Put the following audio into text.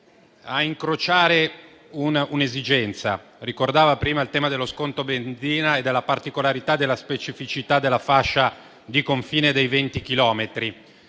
disattiva)* ..un'esigenza. Si ricordava prima il tema dello sconto benzina e della particolarità della specificità della fascia di confine dei venti chilometri.